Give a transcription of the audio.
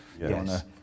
Yes